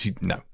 no